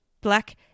black